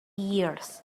years